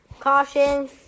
Caution